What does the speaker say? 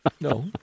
No